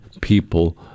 people